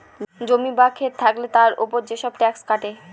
জমি বা খেত থাকলে তার উপর যেসব ট্যাক্স কাটে